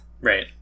right